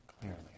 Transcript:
clearly